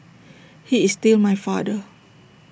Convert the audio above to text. he is still my father